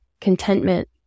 contentment